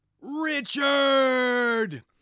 RICHARD